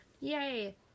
Yay